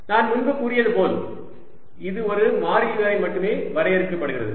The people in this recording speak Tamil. நான் முன்பு கூறியது போல் இது ஒரு மாறிலி வரை மட்டுமே வரையறுக்கப்படுகிறது